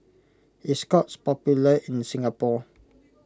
is Scott's popular in Singapore